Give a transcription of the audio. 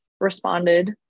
responded